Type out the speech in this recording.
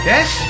Yes